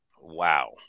Wow